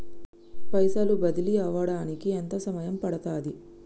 పైసలు బదిలీ అవడానికి ఎంత సమయం పడుతది?